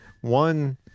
one